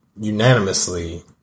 unanimously